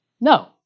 No